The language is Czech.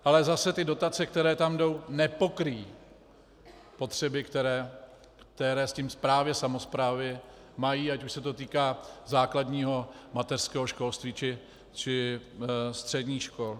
Ale zase ty dotace, které tam jdou, nepokryjí potřeby, které s tím právě samosprávy mají, ať už se to týká základního, mateřského školství, či středních škol.